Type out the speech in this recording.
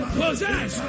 possess